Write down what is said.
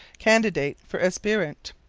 candidate for aspirant.